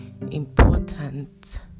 important